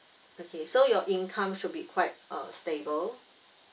okay so your income should be quite uh stable